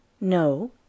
No